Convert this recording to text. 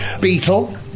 Beetle